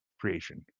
creation